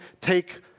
take